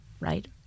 Right